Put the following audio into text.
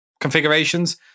configurations